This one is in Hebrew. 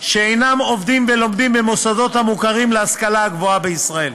שאינם עובדים הלומדים במוסדות המוכרים להשכלה הגבוהה בישראל.